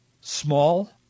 small